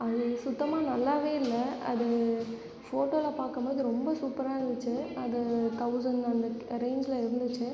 அது சுத்தமாக நல்லாவே இல்லை அது ஃபோட்டோவில் பார்க்கும் போது ரொம்ப சூப்பராக இருந்துச்சு அது தௌசண்ட் அந்த ரேஞ்சில் இருந்துச்சு